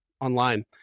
online